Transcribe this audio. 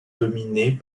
dominée